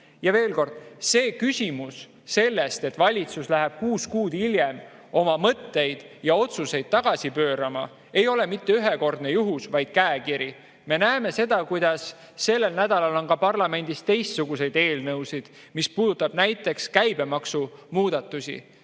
veel kord: see, et valitsus läheb kuus kuud hiljem oma mõtteid ja otsuseid tagasi pöörama, ei ole mitte ühekordne juhus, vaid käekiri. Me näeme seda, kuidas sellel nädalal on parlamendis ka teistsuguseid eelnõusid, üks neist puudutab näiteks käibemaksu muudatusi.